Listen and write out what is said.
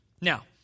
Now